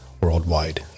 worldwide